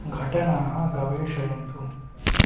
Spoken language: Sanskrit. घटनाः गवेषयन्तु